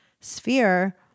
sphere